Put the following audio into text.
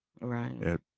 Right